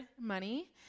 money